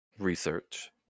research